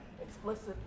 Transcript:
explicit